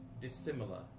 dissimilar